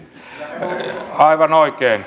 mutta vastaan silti